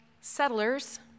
settlers